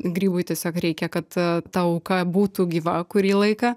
grybui tiesiog reikia kad ta auka būtų gyva kurį laiką